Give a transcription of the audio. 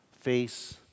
face